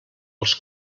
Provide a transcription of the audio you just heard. als